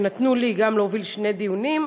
שנתנו לי גם להוביל שני דיונים,